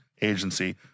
agency